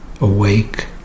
awake